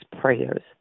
prayers